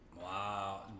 Wow